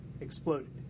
exploded